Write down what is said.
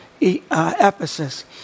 Ephesus